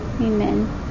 Amen